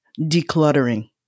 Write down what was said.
Decluttering